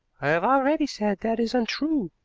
i have already said that is untrue,